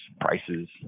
prices